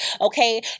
Okay